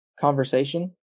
conversation